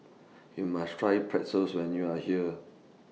YOU must Try Pretzels when YOU Are here